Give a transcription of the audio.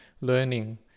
learning